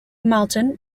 malton